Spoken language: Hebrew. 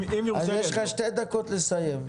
יש לך שתי דקות לסיים.